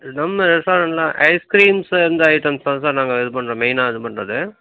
நம்ம எஸ்ஆர்என்ல ஐஸ்கிரீம்ஸு இந்த ஐட்டம்ஸ் தான் சார் நாங்கள் இது பண்ணுறோம் மெயினாக இது பண்ணுறது